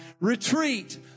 Retreat